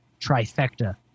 trifecta